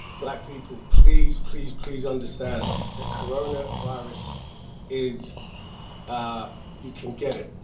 black people, please, please, please understand the coronavirus is ah you can get it,